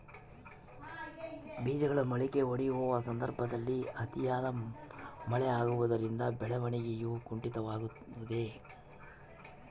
ಬೇಜಗಳು ಮೊಳಕೆಯೊಡೆಯುವ ಸಂದರ್ಭದಲ್ಲಿ ಅತಿಯಾದ ಮಳೆ ಆಗುವುದರಿಂದ ಬೆಳವಣಿಗೆಯು ಕುಂಠಿತವಾಗುವುದೆ?